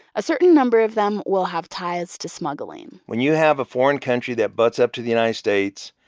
a certain number of them will have ties to smuggling when you have a foreign country that butts up to the united states,